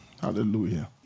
Hallelujah